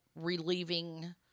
relieving